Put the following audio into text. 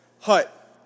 hut